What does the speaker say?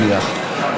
נניח,